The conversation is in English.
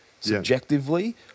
subjectively